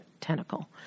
tentacle